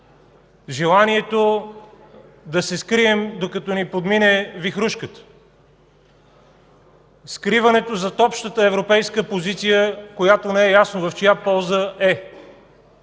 желанието да се скрием, докато ни подмине вихрушката, скриването зад общата европейската позиция, която не е ясно в чия полза е,